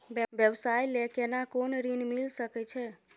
व्यवसाय ले केना कोन ऋन मिल सके छै?